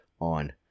on